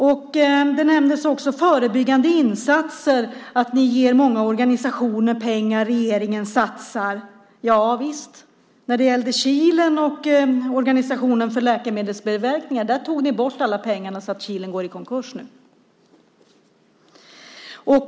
Förebyggande insatser nämndes också, och att ni ger många organisationer pengar. Regeringen satsar. Javisst - när det gällde Kilen och organisationen för läkemedelsbiverkningar tog ni bort alla pengar så att Kilen går i konkurs nu!